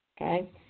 okay